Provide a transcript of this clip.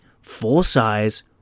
full-size